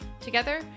Together